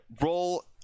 Roll